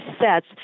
sets